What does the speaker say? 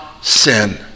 sin